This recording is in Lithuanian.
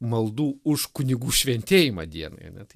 maldų už kunigų šventėjimą dienai ane tai